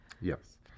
Yes